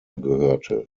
gehörte